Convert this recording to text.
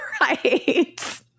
Right